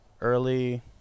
early